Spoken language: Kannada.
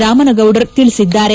ರಾಮನಗೌಡರ ತಿಳಿಸಿದ್ದಾರೆ